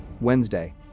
Wednesday